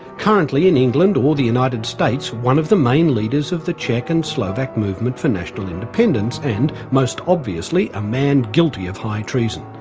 currently in england or the united states, one of the main leaders of the czech and slovak movement for national independence and most obviously a man guilty of high treason.